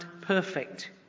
perfect